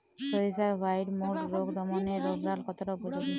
সরিষার white mould রোগ দমনে রোভরাল কতটা উপযোগী?